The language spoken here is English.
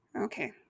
Okay